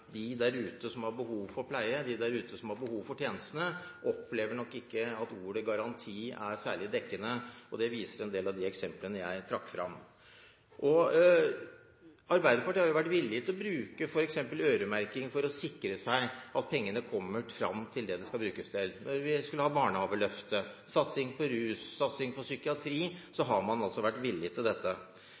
de der ute, som har behov for pleie og tjenestene, nok ikke opplever at ordet «garanti» er særlig dekkende. Det viser en del av de eksemplene jeg trakk fram. Arbeiderpartiet har vært villig til å bruke f.eks. øremerking for å sikre at pengene kommer fram til det de skal brukes til. Når det gjelder barnehageløftet og satsingen på rus og psykiatri, var man villig til dette.